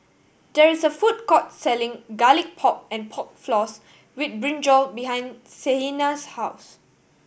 there is a food court selling Garlic Pork and Pork Floss with brinjal behind Sienna's house